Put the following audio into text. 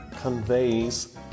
conveys